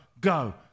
go